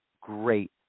great